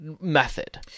method